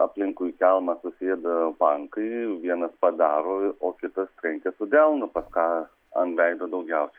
aplinkui kelmą susėda pankai vienas padaro o kitas trenkia delnu pas ką ant veido daugiausiai